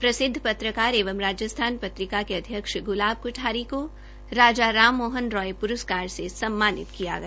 प्रसिद्ध पत्रकार एवं राजस्थान पत्रिका के अध्यक्ष गुलाब कोठारी को राजा राम मोहन रॉय पुरस्कार से सम्मनित किया गया